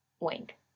Wink